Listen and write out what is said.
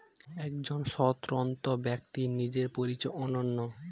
একজন স্বতন্ত্র ব্যক্তির নিজের পরিচয় অনন্য